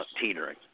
teetering